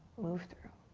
move through,